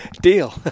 Deal